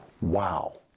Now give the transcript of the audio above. Wow